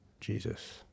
jesus